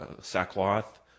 sackcloth